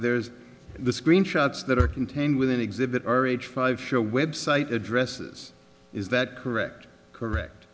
there's the screenshots that are contained within exhibit or h five show website addresses is that correct correct